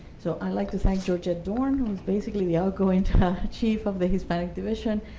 so i'd like to thank georgette dorn, who is basically the outgoing chief of the hispanic division,